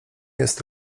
jest